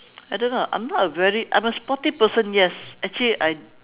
I don't know I'm not a very I'm a sporty person yes actually I